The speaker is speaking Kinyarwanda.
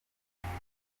avuga